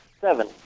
seven